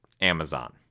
Amazon